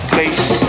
place